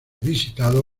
visitado